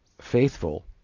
faithful